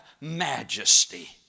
majesty